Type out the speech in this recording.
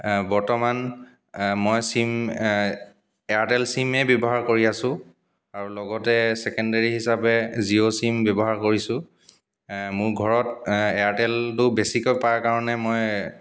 বৰ্তমান মই চিম এয়াৰটেল চিমেই ব্যৱহাৰ কৰি আছোঁ আৰু লগতে চেকেণ্ডেৰী হিচাপে জিঅ' চিম ব্যৱহাৰ কৰিছোঁ মোৰ ঘৰত এয়াৰটেলটো বেছিকৈ পায় কাৰণে মই